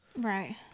Right